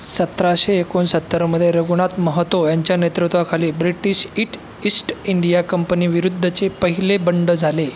सतराशे एकोणसत्तरमध्ये रघुनाथ महतो यांच्या नेतृत्वाखाली ब्रिटीश इट ईस्ट इंडिया कंपनीविरुद्धचे पहिले बंड झाले